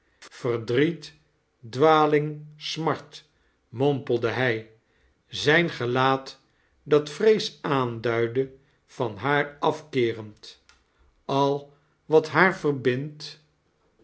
verdriet dwaling smart mompelde hij zijn gelaat dat vrees aanduidde van haar afkeerend al wat haar verbindt